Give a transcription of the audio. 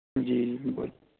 جی جی بولیے